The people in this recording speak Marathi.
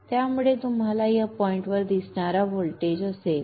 त्यामुळे तुम्हाला या बिंदू वर दिसणारा व्होल्टेज असेल